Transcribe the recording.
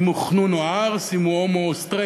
אם הוא חנון או ערס או אם הוא הומו או סטרייט.